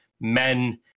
men